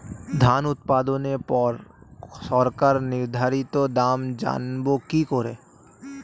ধান উৎপাদনে পর সরকার নির্ধারিত দাম জানবো কি করে?